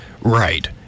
Right